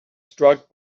struck